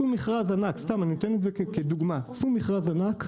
עשו מכרז ענק אני סתם נותן את זה כדוגמה עשו מכרז ענק,